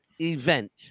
event